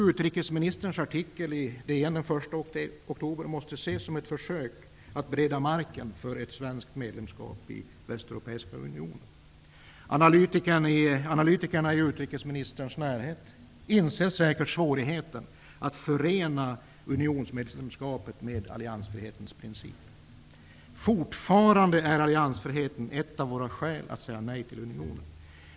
Utrikesministerns artikel i DN den 1 oktober måste ses som ett försök att bereda mark för ett svenskt medlemskap i den västeuropeiska unionen. Analytikerna i utrikesministerns närhet inser säkert svårigheten att förena unionsmedlemskapet med alliansfrihetens princip. Fortfarande är alliansfriheten ett av våra skäl att säga nej till unionen.